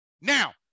Now